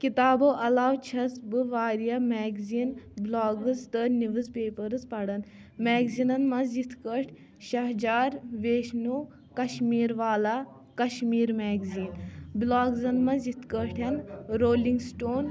کِتابو علاوٕ چھَس بہٕ واریاہ میگزین بلاگٕز تہٕ نِوٕز پیپٲرٕس پَران میگزیٖنن منٛز یِتھ کٲٹھۍ شہجار ویشنو کَشمیٖر والا کَشمیٖر میگزیٖن بُلاگ زن منٛز یِتھ کٲٹھۍ رولِنٛگ سٔٹون